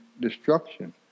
destruction